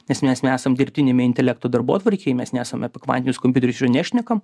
nes mes nesam dirbtiniame intelekto darbotvarkėj mes nesame apie kvantinius kompiuterius išvi nešnekame